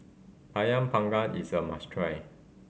Ayam Panggang is a must try